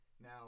now